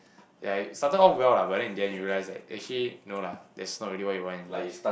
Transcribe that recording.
ya some turn out well lah but then in the end you realized that actually no lah that's not really what you want in life